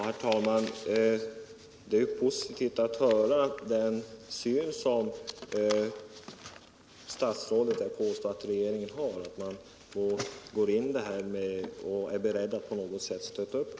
Herr talman! Det är glädjande att höra statsrådet säga att regeringen har en positiv syn på frågorna och är beredd att på något sätt ge stöd.